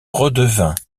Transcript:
redevint